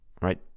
Right